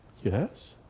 yes.